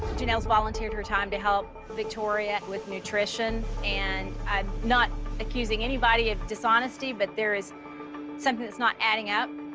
jinelle's volunteered her time to help victoria with nutrition and i'm not accusing anybody of dishonesty but there is something that's not adding up